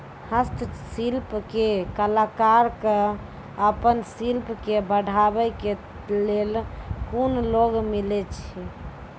हस्तशिल्प के कलाकार कऽ आपन शिल्प के बढ़ावे के लेल कुन लोन मिलै छै?